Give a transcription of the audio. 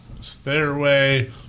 stairway